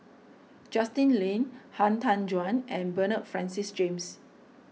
Justin Lean Han Tan Juan and Bernard Francis James